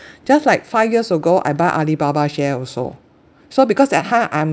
just like five years ago I buy Alibaba share also so because that time I'm